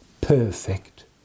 perfect